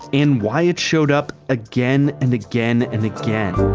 and why it showed up again and again and again.